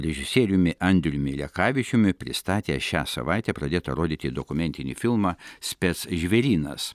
režisieriumi andriumi lekavičiumi pristatė šią savaitę pradėtą rodyti dokumentinį filmą spec žvėrynas